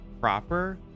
proper